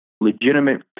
legitimate